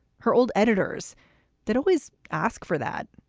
her old editors that always ask for that.